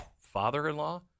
father-in-law